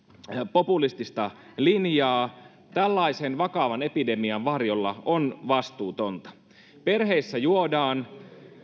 populistista linjaa tällaisen vakavan epidemian varjolla on vastuutonta perheissä juodaan